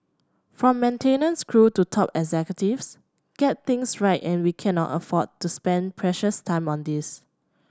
from maintenance crew to top executives get things right and we cannot afford to spend precious time on this